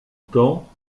temps